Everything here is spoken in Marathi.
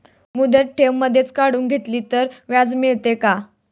मुदत ठेव मधेच काढून घेतली तर व्याज मिळते का?